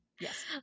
Yes